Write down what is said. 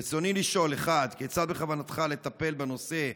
רצוני לשאול: 1. כיצד בכוונתך לטפל בנושא,